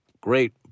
great